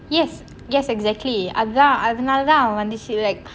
yes yes exactly அதான் அதனால தான் அவன் வந்துச்சு:athaan athanaala thaan avan vanthuchu like